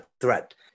threat